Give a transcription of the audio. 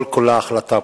כל כולה החלטה פוליטית.